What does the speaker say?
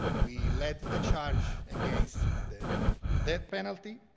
we led the charge against the death penalty,